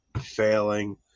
failing